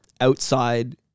outside